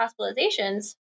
hospitalizations